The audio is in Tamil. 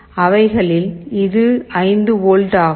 அவைகளில் இது 5 வோல்ட் ஆகும்